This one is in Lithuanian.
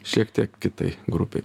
šiek tiek kitai grupei